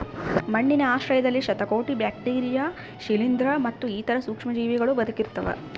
ಮಣ್ಣಿನ ಆಶ್ರಯದಲ್ಲಿ ಶತಕೋಟಿ ಬ್ಯಾಕ್ಟೀರಿಯಾ ಶಿಲೀಂಧ್ರ ಮತ್ತು ಇತರ ಸೂಕ್ಷ್ಮಜೀವಿಗಳೂ ಬದುಕಿರ್ತವ